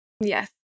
Yes